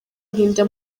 ntinda